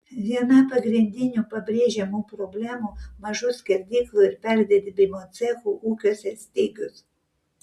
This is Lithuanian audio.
viena pagrindinių pabrėžiamų problemų mažų skerdyklų ir perdirbimo cechų ūkiuose stygius